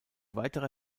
weitere